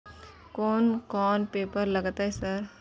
कोन कौन पेपर लगतै सर?